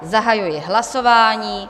Zahajuji hlasování.